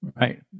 Right